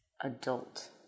adult